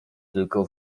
tylko